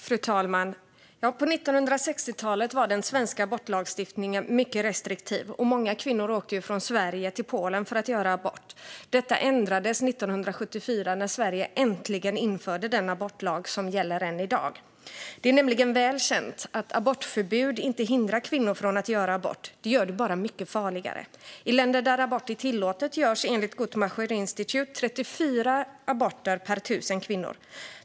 Fru talman! På 1960-talet var den svenska abortlagstiftningen mycket restriktiv, och många kvinnor åkte från Sverige till Polen för att göra abort. Detta ändrades 1974, när Sverige äntligen införde den abortlag som gäller än i dag. Det är nämligen väl känt att abortförbud inte hindrar kvinnor från att göra abort - det gör det bara mycket farligare. I länder där abort är tillåtet görs enligt Guttmacher Institute 34 aborter per 1 000 kvinnor.